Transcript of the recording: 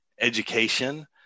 education